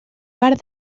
part